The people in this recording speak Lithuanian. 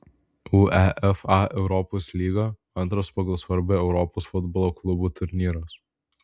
uefa europos lyga antras pagal svarbą europos futbolo klubų turnyras